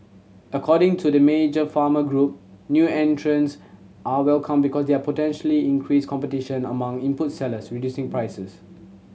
according to the major farmer group new entrants are welcome because they potentially increase competition among input sellers reducing prices